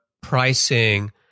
pricing